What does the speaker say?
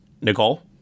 Nicole